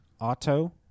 Auto